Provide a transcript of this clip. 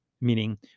Meaning